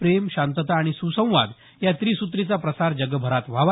प्रेम शांतता आणि सुसंवाद या त्रिसूत्रीचा प्रसार जगभरात व्हावा